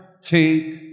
take